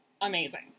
amazing